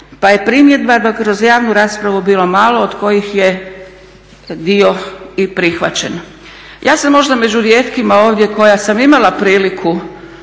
pa je primjedba kroz javnu raspravu bilo malo od kojih je dio i prihvaćen. Ja sam možda među rijetkima ovdje koja sam imala priliku